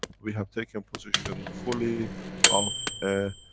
we have taken position fully of a,